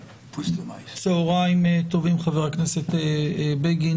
צהריים טובים, חבר הכנסת בגין.